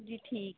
ਜੀ ਠੀਕ